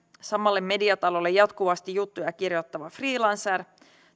samalle mediatalolle jatkuvasti juttuja kirjoittava freelancer